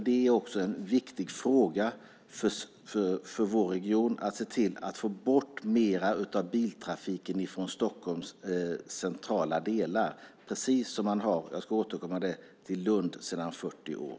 Det blir också en viktig fråga för vår region att se till att få bort delar av biltrafiken från Stockholms centrala delar, precis som man har - jag ska återkomma till det - i Lund sedan 40 år.